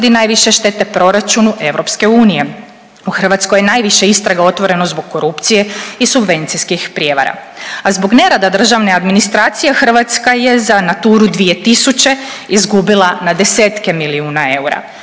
Hrvatska je za Naturu 2000 izgubila na desetke milijuna kuna